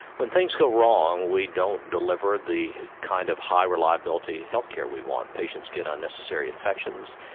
when things go wrong we don't deliver the kind of high reliability healthcare we want. patients get unnecessary infections,